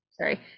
sorry